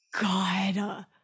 God